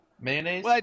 mayonnaise